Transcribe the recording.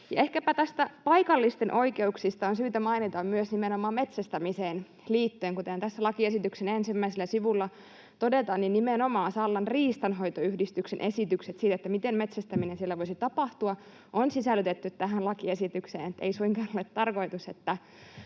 Ehkäpä näistä paikallisten oikeuksista on syytä mainita myös nimenomaan metsästämiseen liittyen. Kuten tässä lakiesityksen ensimmäisellä sivulla todetaan, nimenomaan Sallan riistanhoitoyhdistyksen esitykset siitä, miten metsästäminen siellä voisi tapahtua, on sisällytetty tähän lakiesitykseen. Ei suinkaan ole tarkoitus,